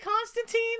Constantine